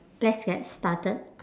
let's get started